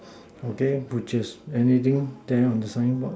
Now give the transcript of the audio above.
okay which is anything there on the signboard